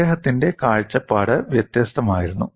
അദ്ദേഹത്തിന്റെ കാഴ്ചപ്പാട് വ്യത്യസ്തമായിരുന്നു